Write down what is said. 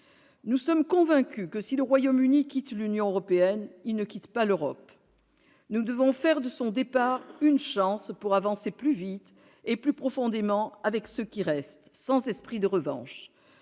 Nous sommes convaincus que, si le Royaume-Uni quitte l'Union européenne, il ne quitte pas l'Europe. Nous devons faire de son départ une chance pour avancer plus vite et plus profondément avec ceux qui restent, sans esprit de revanche.